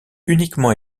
uniquement